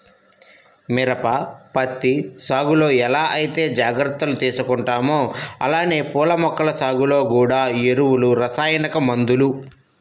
మిరప, పత్తి సాగులో ఎలా ఐతే జాగర్తలు తీసుకుంటామో అలానే పూల మొక్కల సాగులో గూడా ఎరువులు, రసాయనిక మందులు